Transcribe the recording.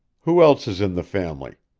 who else is in the family?